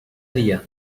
dia